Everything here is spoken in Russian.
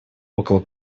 около